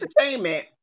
entertainment